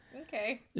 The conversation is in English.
Okay